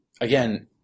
again